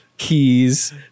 keys